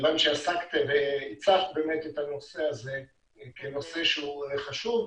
כיוון שהצפת את הנושא הזה כנושא שהוא חשוב,